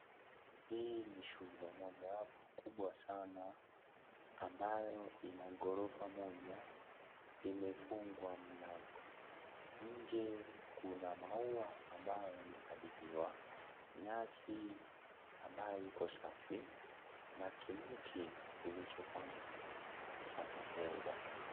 Hii ni shule mojawapo kubwa Sana ambayo ina ghorofa moja imefungwa mlango ,nje kuna maua ambao yamepaliliwa nyasi ambao ziko safi na kimti kilicho pandwa mle cha pendeza.